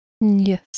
Yes